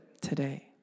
today